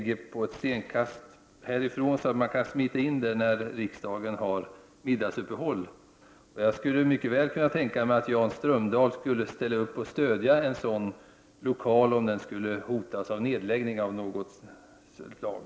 Den är så närbelägen att man kan smita in där medan kammaren gör sitt middagsuppehåll. Jag skulle mycket väl kunna tro att Jan Strömdahl skulle kunna stödja en sådan lokal, om den av någon anledning skulle hotas av nedläggning.